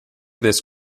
this